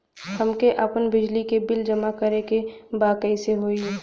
हमके आपन बिजली के बिल जमा करे के बा कैसे होई?